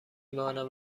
مانم